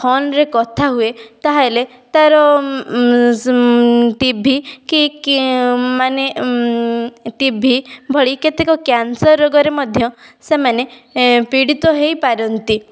ଫୋନରେ କଥାହୁଏ ତାହେଲେ ତାର ଟି ଭି କି କି ମାନେ ଟି ଭି ଭଳି କେତେକ କ୍ୟାନ୍ସର ରୋଗରେ ମଧ୍ୟ ସେମାନେ ପୀଡ଼ିତ ହେଇପାରନ୍ତି